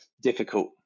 difficult